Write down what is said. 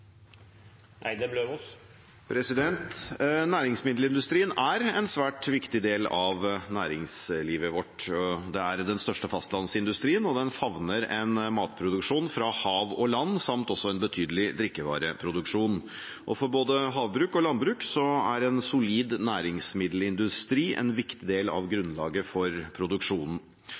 mindretallet. Næringsmiddelindustrien er en svært viktig del av næringslivet vårt. Det er den største fastlandsindustrien, og den favner om matproduksjon fra hav og land samt en betydelig drikkevareproduksjon. For både havbruk og landbruk er en solid næringsmiddelindustri en viktig del av grunnlaget for produksjonen.